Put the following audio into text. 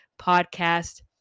podcast